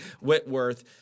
Whitworth